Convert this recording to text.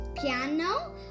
piano